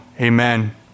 amen